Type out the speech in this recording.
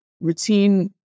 routine